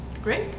great